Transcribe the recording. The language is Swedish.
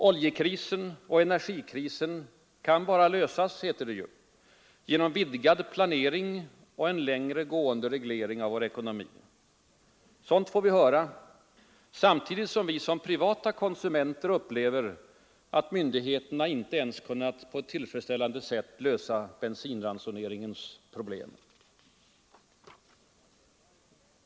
Oljekrisen och energikrisen kan bara lösas — heter det ju — genom vidgad planering och en längre gående reglering av vår ekonomi. Sådant får vi höra samtidigt som vi som privata konsumenter upplever att myndigheterna inte ens kunnat på ett tillfredsställande sätt lösa bensinransoneringens problem.